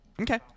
Okay